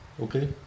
Okay